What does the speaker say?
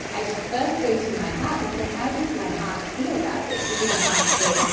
i should first go to my heart and say, how does my heart feel about this? does my heart say,